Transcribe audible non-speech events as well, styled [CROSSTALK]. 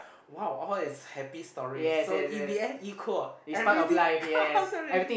!wow! all is happy stories so in the end equal everything count everything [LAUGHS]